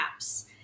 apps